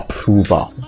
Approval